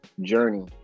journey